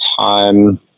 time